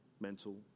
mental